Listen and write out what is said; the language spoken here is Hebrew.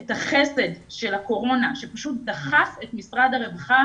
את החסד של הקורונה שפשוט דחף את משרד הרווחה